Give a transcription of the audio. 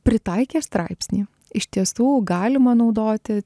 pritaikė straipsnį iš tiestų galima naudoti